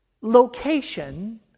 location